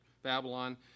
Babylon